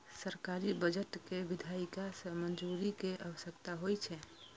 सरकारी बजट कें विधायिका सं मंजूरी के आवश्यकता होइ छै